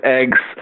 eggs